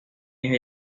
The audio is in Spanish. hija